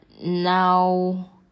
now